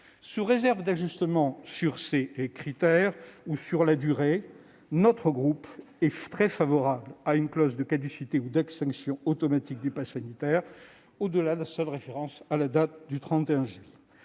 Sous réserve d'ajustements sur ces critères ou sur la durée, notre groupe est très favorable à une clause de caducité ou d'extinction automatique du passe sanitaire et non à la seule référence à la date du 31 juillet